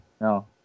No